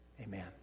amen